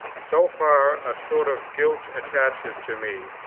so far a sort of guilt attaches to me,